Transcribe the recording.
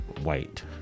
white